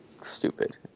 stupid